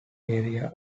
area